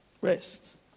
Rest